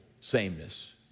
sameness